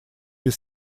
без